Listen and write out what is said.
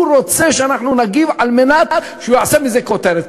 הוא רוצה שאנחנו נגיב על מנת שהוא יעשה מזה כותרת,